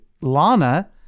Lana